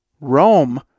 Rome